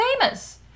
famous